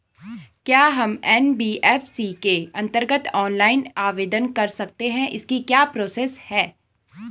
क्या हम एन.बी.एफ.सी के अन्तर्गत ऑनलाइन आवेदन कर सकते हैं इसकी क्या प्रोसेस है?